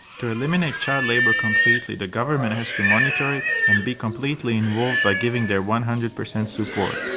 to eliminate child labour completely the government has to monitor it and be completely involved by giving their one hundred percent support.